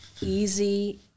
easy